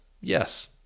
yes